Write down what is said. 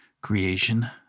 Creation